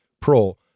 Pro